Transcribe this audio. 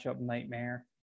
nightmare